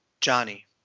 Johnny